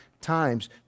times